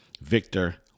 Victor